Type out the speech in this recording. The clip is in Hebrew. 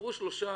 עברו שלושה,